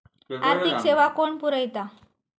आर्थिक सेवा कोण पुरयता?